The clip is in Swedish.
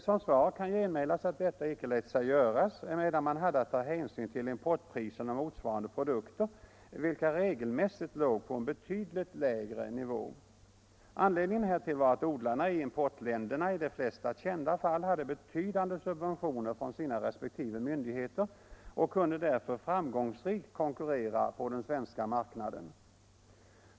Till det kan genmälas att detta icke lät sig göra, emedan man hade att ta hänsyn till importpriserna på motsvarande produkter, vilka regelmässigt låg på en betydligt lägre nivå. Anledningen härtill var att odlarna i importländerna i de flesta kända fall hade betydande subventioner från sina resp. myndigheter och därför kunde framgångsrikt konkurrera på den svenska marknaden.